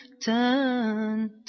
turn